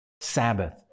Sabbath